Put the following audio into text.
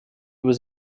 was